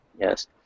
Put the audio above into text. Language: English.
yes